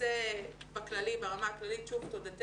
אז זה בכללי, ברמה הכללית, שוב תודתנו,